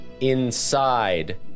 Inside